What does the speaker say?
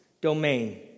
domain